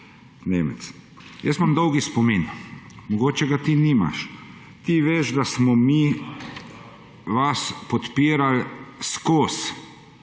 Nemec, jaz imam dolg spomin, mogoče ga ti nimaš. Ti veš, da smo mi vas podpirali ves